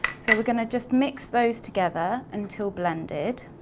so, we're gonna just mix those together until blended.